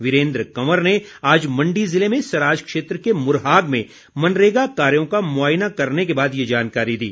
वीरेन्द्र कंवर ने आज मण्डी ज़िले में सराज क्षेत्र के मुरहाग में मनरेगा कार्यों का मुआयना करने के बाद ये जानकारी दी